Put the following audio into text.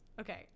Okay